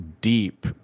deep